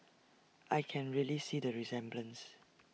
I can really see the resemblance